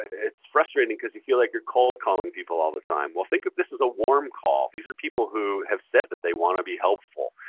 it's frustrating because you feel like you're cold calling people all the time. well, think of this as a warm call. these are people who have said that they want to be helpful.